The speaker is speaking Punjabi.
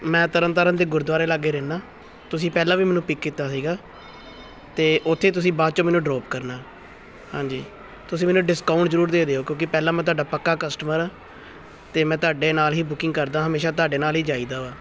ਮੈਂ ਤਰਨ ਤਾਰਨ ਦੇ ਗੁਰਦੁਆਰੇ ਲਾਗੇ ਰਹਿੰਦਾ ਤੁਸੀਂ ਪਹਿਲਾਂ ਵੀ ਮੈਨੂੰ ਪਿੱਕ ਕੀਤਾ ਸੀਗਾ ਅਤੇ ਉੱਥੇ ਤੁਸੀਂ ਬਾਅਦ 'ਚੋਂ ਮੈਨੂੰ ਡਰੋਪ ਕਰਨਾ ਹਾਂਜੀ ਤੁਸੀਂ ਮੈਨੂੰ ਡਿਸਕਾਊਂਟ ਜ਼ਰੂਰ ਦੇ ਦਿਓ ਕਿਉਂਕਿ ਪਹਿਲਾਂ ਮੈਂ ਤੁਹਾਡਾ ਪੱਕਾ ਕਸਟਮਰ ਹਾਂ ਅਤੇ ਮੈਂ ਤੁਹਾਡੇ ਨਾਲ ਹੀ ਬੁਕਿੰਗ ਕਰਦਾ ਹਮੇਸ਼ਾ ਤੁਹਾਡੇ ਨਾਲ ਹੀ ਜਾਈਦਾ ਵਾ